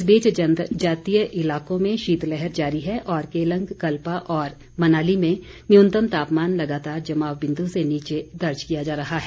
इस बीच जनजातीय इलाकों में शीत लहर जारी है और केलंग कल्पा और मनाली में न्यूनतम तापमान लगातार जमाव बिंदू से नीचे दर्ज किया जा रहा है